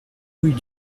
rue